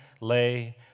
lay